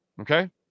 Okay